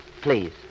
please